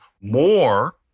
more